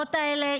המשפחות האלה,